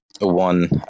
one